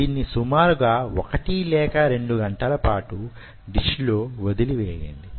దీన్ని సుమారుగా 1 లేక 2 గంటల పాటు డిష్ లో వదిలి వేయండి